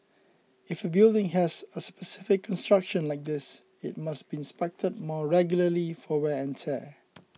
if a building has a specific construction like this it must be inspected more regularly for wear and tear